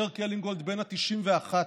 אשר קלינגולד בן ה-91.